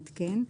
ההתקן),